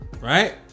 Right